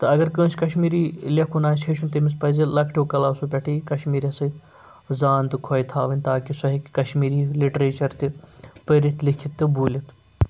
تہٕ اگر کٲنٛسہِ کَشمیٖری لیٚکھُن آسہِ ہیٚچھُن تٔمِس پَزِ لَکٹو کَلاسو پٮ۪ٹھٕ کشمیٖری سۭتۍ زان تہٕ خۄوے تھاوٕنۍ تاکہِ سُہ ہیٚکہِ کَشمیٖری لِٹریچَر تہِ پٔرِتھ لیکھِتھ تہٕ بوٗلِتھ